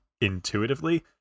intuitively